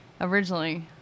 originally